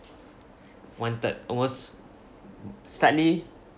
one third almost slightly